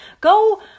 go